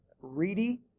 Reedy